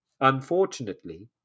Unfortunately